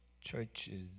churches